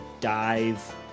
dive